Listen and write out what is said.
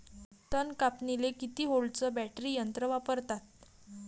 तन कापनीले किती व्होल्टचं बॅटरी यंत्र वापरतात?